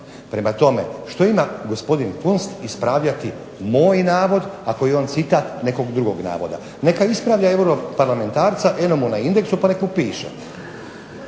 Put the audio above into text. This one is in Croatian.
Prema tome što ima gospodin Kunst ispravljati moj navod ako je on citat nekog drugog navoda. Neka ispravlja europarlamentarca eno mu na Indexu pa nek mu piše.